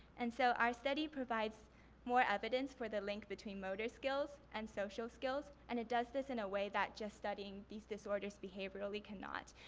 and so our study provides more evidence for the link between motor skills and social skills. and it does this in a way that just studying these disorders behaviorally cannot.